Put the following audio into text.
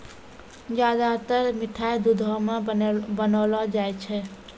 ज्यादातर मिठाय दुधो सॅ बनौलो जाय छै